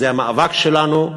זה המאבק שלנו,